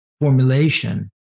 formulation